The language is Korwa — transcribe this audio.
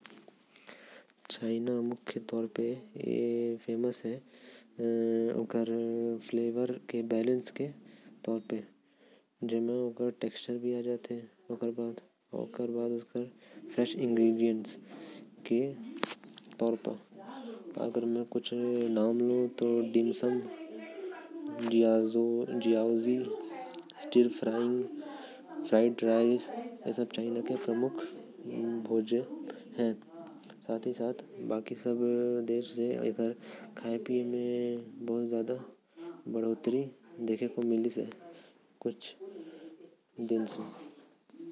चीन अपन flavour balancing बर प्रसिद्ध हवे। चीन के खाना शैली में आएल केंटोनीज़ शैली। शानदोंग शैली जिआंगसू शैली ये सब प्रमुख शैली हवे। एहि सब वहा के लोग मन ज्यादा खाथे।